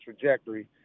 trajectory